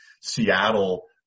Seattle